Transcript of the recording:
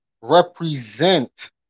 represent